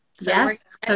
Yes